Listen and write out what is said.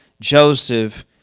Joseph